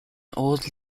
old